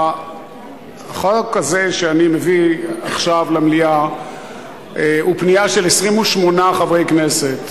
החוק הזה שאני מביא עכשיו למליאה הוא פנייה של 28 חברי כנסת,